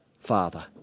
father